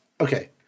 okay